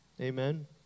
Amen